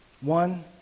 One